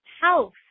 house